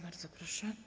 Bardzo proszę.